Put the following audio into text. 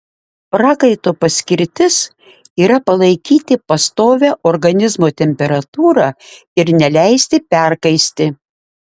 prakaito paskirtis yra palaikyti pastovią organizmo temperatūrą ir neleisti perkaisti